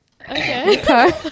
Okay